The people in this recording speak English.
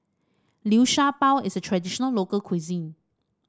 Liu Sha Bao is a traditional local cuisine